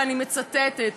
ואני מצטטת.